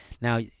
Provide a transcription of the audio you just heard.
Now